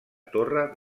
torre